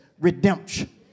Redemption